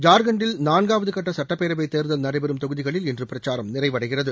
ஜார்கண்டில் நான்காவது கட்ட சட்டப்பேரவை தேர்தல் நடைபெறும் தொகுதிகளில் இன்று பிரச்சாரம் நிறைவடைகிறது